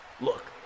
Look